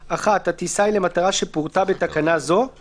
מאלה:; הטיסה היא למטרה שפורטה בתקנה זו;